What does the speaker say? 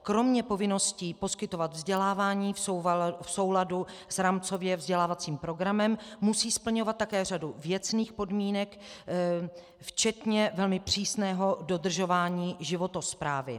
Kromě povinností poskytovat vzdělávání v souladu s rámcově vzdělávacím programem musí splňovat také řadu věcných podmínek včetně velmi přísného dodržování životosprávy.